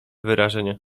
wyrażenie